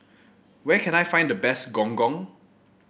where can I find the best Gong Gong